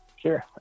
Sure